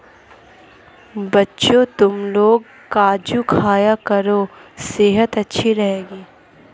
बच्चों, तुमलोग काजू खाया करो सेहत अच्छी रहेगी